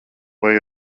vai